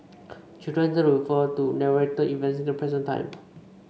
children tend to refer to narrated events in the present time